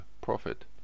profit